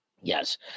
yes